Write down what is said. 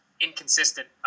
inconsistent